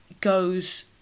goes